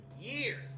years